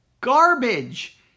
garbage